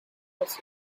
was